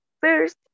First